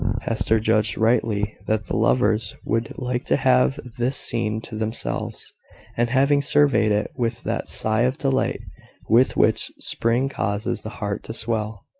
hester judged rightly that the lovers would like to have this scene to themselves and having surveyed it with that sigh of delight with which spring causes the heart to swell,